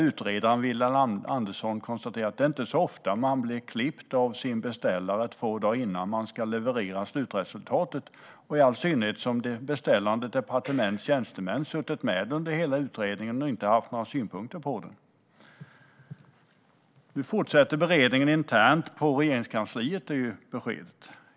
Utredaren Vilhelm Andersson konstaterade att det inte är så ofta man blir klippt av sin beställare två dagar innan man ska leverera slutresultatet, i all synnerhet inte då det beställande departementets tjänstemän har suttit med under hela utredningen och inte haft några synpunkter på den. Beskedet är att beredningen nu fortsätter internt på Regeringskansliet.